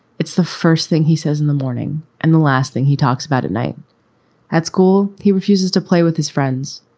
it's the first thing he says in the morning and the last thing he talks about a night at school. he refuses to play with his friends.